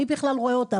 מי בכלל רואה אותם?